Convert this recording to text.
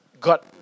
got